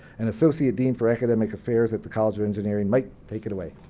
and associate dean for academic affairs at the college of engineering. mike, take it away.